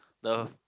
the